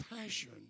passion